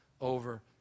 over